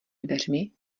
dveřmi